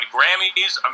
Grammys